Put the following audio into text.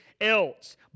else